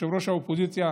ראש האופוזיציה